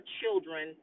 children